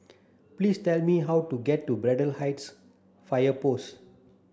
please tell me how to get to Braddell Heights Fire Post